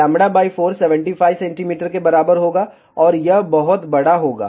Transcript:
λ 4 75 cm के बराबर होगा और यह बहुत बड़ा होगा